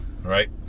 Right